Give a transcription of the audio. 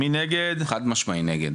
חד משמעי נגד.